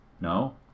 No